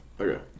Okay